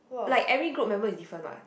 like every group member is different what